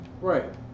Right